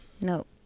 No